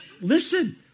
Listen